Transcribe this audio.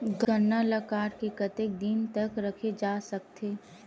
गन्ना ल काट के कतेक दिन तक रखे जा सकथे?